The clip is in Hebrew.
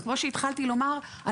וכמו שהתחלתי לומר,